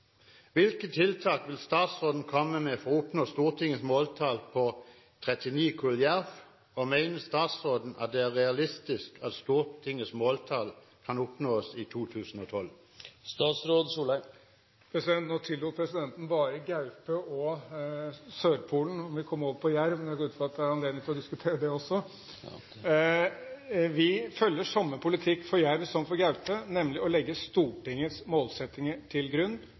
Hvilke tiltak vil statsråden komme med for å oppnå Stortingets måltall på 39 kull jerv? Og mener statsråden det er realistisk at Stortingets måltall kan oppnås i 2012? Nå tillot presidenten bare gaupe og Sørpolen. Vi kom over på jerv, men jeg går ut fra at det er anledning til å diskutere det også. Vi følger samme politikk for jerv som for gaupe, nemlig å legge Stortingets målsettinger til grunn